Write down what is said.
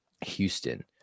Houston